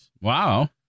wow